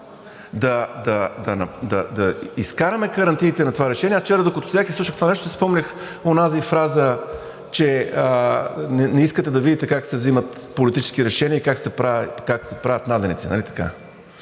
да изкараме карантиите на това решение, аз вчера, докато седях и слушах това нещо, си спомнях онази фраза, че не искате да видите как се взимат политически решения и как се правят наденици,